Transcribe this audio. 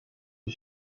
lui